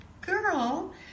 girl